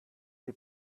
sie